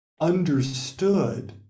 understood